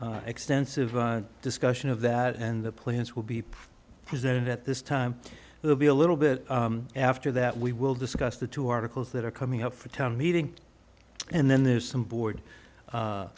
be extensive discussion of that and the plans will be presented at this time it will be a little bit after that we will discuss the two articles that are coming up for town meeting and then there's some board